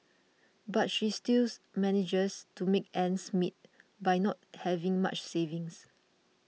but she stills manages to make ends meet by not having much savings